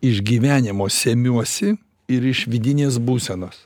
iš gyvenimo semiuosi ir iš vidinės būsenos